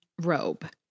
robe